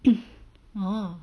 oh